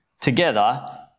together